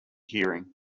hearing